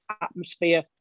atmosphere